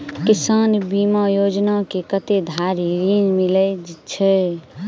किसान बीमा योजना मे कत्ते धरि ऋण मिलय छै?